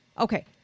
Okay